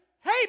hey